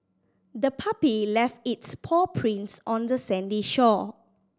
the puppy left its paw prints on the sandy shore